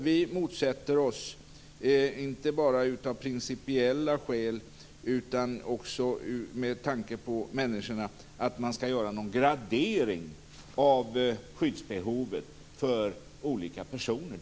Vi motsätter oss inte bara av principiella skäl utan också med tanke på människorna att man skall göra någon gradering av skyddsbehovet för olika personer.